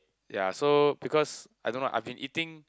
ya so because I don't know I've been eating